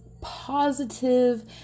positive